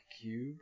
cube